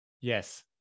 Yes